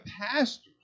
pastors